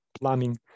plumbing